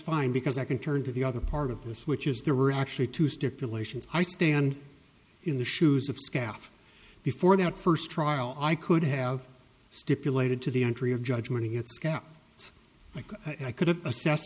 fine because i can turn to the other part of this which is there were actually two stipulations i stand in the shoes of staff before that first trial i could have stipulated to the entry of judgment it's kept it's like i could have